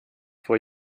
vor